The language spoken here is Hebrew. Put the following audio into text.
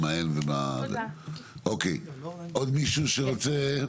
אוקיי עוד מישהו שרוצה?